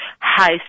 high